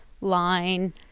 line